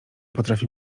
potrafi